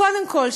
קודם כול,